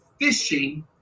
fishing